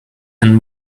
and